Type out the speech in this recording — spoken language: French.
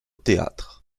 théâtre